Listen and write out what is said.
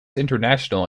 international